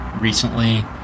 recently